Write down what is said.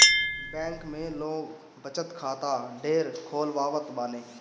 bank में लोग बचत खाता ढेर खोलवावत बाने